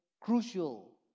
crucial